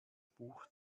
buch